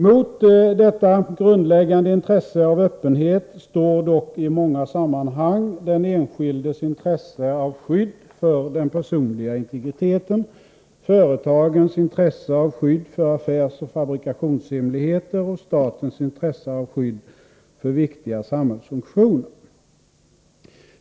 Mot detta grundläggande intresse av öppenhet står dock i många sammanhang den enskildes intresse av skydd för den personliga integriteten, företagens intresse av skydd för affärsoch fabrikationshemligheter och statens intresse av skydd för viktiga samhällsfunktioner.